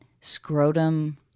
scrotum